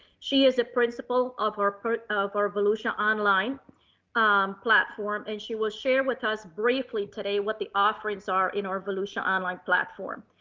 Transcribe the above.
she is a principal of our part of our volusia online platform, and she will share with us briefly today what the offerings are in our volusia online platform,